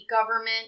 government